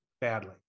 badly